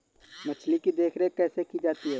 मछली की देखरेख कैसे की जाती है?